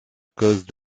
cause